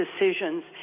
decisions